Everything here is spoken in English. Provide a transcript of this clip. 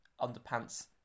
underpants